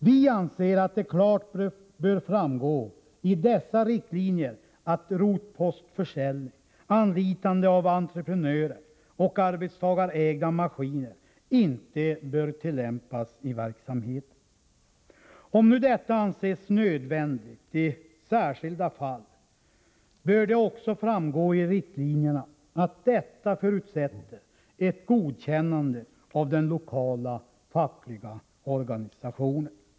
Vi anser att det klart bör framgå av dessa riktlinjer att rotpostförsäljning, anlitande av entreprenörer och arbetstagarägda maskiner inte bör tillämpas i verksamheten. Om nu detta anses nödvändigt i särskilda fall, bör det också framgå av riktlinjerna att det förutsätter ett godkännande av den lokala fackliga organisationen.